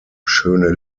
schöne